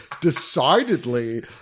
decidedly